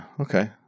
Okay